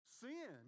sin